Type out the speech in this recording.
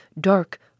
dark